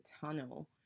tunnel